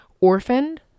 orphaned